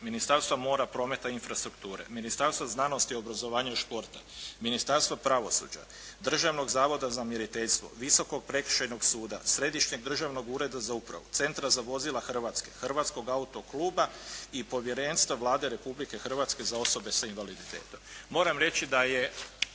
Ministarstva mora, prometa i infrastrukture, Ministarstva znanosti, obrazovanja i športa, Ministarstva pravosuđa, Državnog zavoda za mjeriteljstvo, Visokog prekršajnog suda, Središnjeg državnog ureda za upravu, Centra za vozila Hrvatske. Hrvatskog auto-kluba i Povjerenstvo Vlade Republike Hrvatske za osobe s invaliditetom.